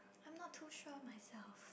I am not too sure of myself